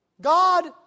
God